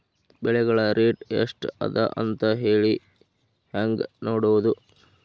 ಬೆಳೆಗಳ ರೇಟ್ ಎಷ್ಟ ಅದ ಅಂತ ಹೇಳಿ ಹೆಂಗ್ ನೋಡುವುದು?